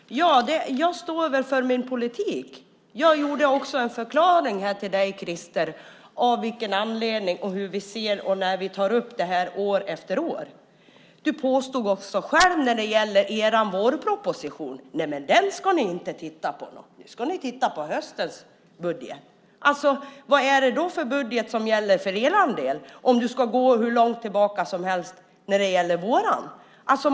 Herr talman! Jag står väl för min politik. Jag förklarade också för dig, Krister, av vilken anledning vi tar upp det här år efter år. Du sade själv att vårpropositionen ska ni inte titta på, utan nu ska ni titta på höstens budget. Vad är det då för budget som gäller för er del, om du ska gå hur långt tillbaka som helst när det gäller vår budget?